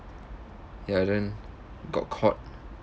ya then got caught